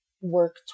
work